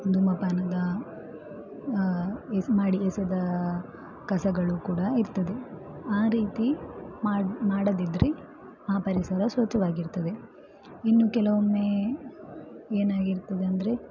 ಧೂಮಪಾನದ ಎಸ್ ಮಾಡಿ ಎಸೆದ ಕಸಗಳು ಕೂಡ ಇರ್ತದೆ ಆ ರೀತಿ ಮಾಡ್ ಮಾಡದಿದ್ದರೆ ಆ ಪರಿಸರ ಸ್ವಚ್ಛವಾಗಿರ್ತದೆ ಇನ್ನು ಕೆಲವೊಮ್ಮೆ ಏನಾಗಿರ್ತದೆ ಅಂದರೆ